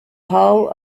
hull